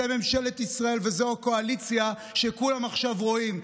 זאת ממשלת ישראל וזו הקואליציה שכולם עכשיו רואים,.